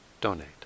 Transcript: donate